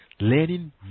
Learning